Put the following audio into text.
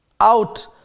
out